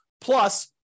plus